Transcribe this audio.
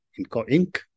Inc